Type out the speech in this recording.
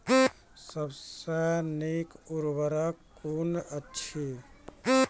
सबसे नीक उर्वरक कून अछि?